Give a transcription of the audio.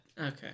Okay